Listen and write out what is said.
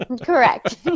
Correct